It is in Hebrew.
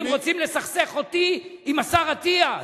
הם רוצים לסכסך אותי עם השר אטיאס.